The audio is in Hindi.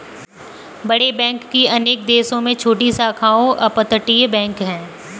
बड़े बैंक की अनेक देशों में छोटी शाखाओं अपतटीय बैंक है